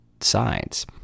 sides